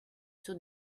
sur